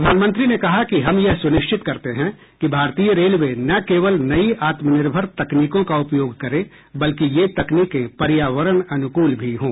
प्रधानमंत्री ने कहा कि हम यह सुनिश्चित करते हैं कि भारतीय रेलवे न केवल नई आत्मनिर्भर तकनीकों का उपयोग करें बल्कि ये तकनीकें पर्यावरण अनुकूल भी हों